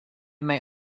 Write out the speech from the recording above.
may